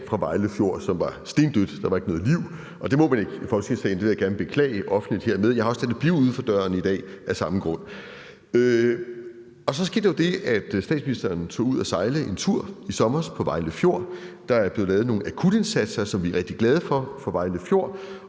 fra Vejle Fjord - som var stendød; der var ikke noget liv. Det må man ikke i Folketingssalen, og det vil jeg hermed gerne offentligt beklage. Jeg har også ladet det blive uden for døren i dag af samme grund. Så skete der jo det, at statsministeren tog ud at sejle en tur i sommer på Vejle Fjord. Der er blevet lavet nogle akutindsatser for Vejle Fjord, som vi er rigtig glade for, og nu er